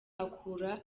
akura